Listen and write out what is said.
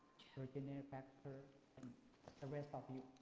virginia baxter, and the rest of you.